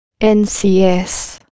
NCS